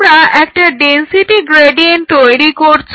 তোমরা একটা density gradient তৈরি করছ